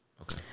Okay